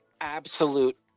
absolute